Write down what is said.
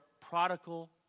prodigal